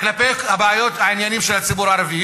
כלפי העניינים של הציבור הערבי.